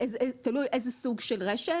תלוי איזה סוג של רשת.